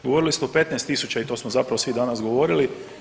Ugovorili smo 15 tisuća i to smo zapravo svi danas govorili.